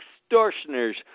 extortioners